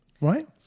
Right